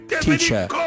teacher